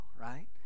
right